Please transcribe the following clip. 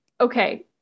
okay